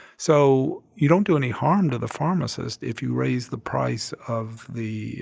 so you don't do any harm to the pharmacist if you raise the price of the